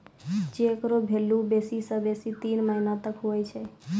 cheque रो value बेसी से बेसी तीन महीना तक हुवै छै